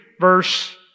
verse